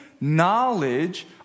knowledge